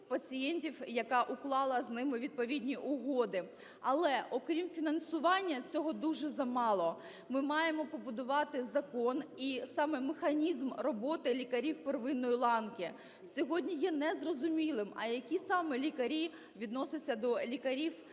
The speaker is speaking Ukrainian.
пацієнтів, яка уклала з ними відповідні угоди. Але, окрім фінансування, цього дуже замало, ми маємо побудувати закон і саме механізм роботи лікарів первинної ланки. Сьогодні є не зрозумілим, а які саме лікарі відносяться до лікарів